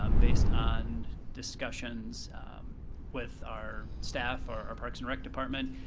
um based on discussions with our staff, our parks and rec department,